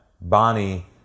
Bonnie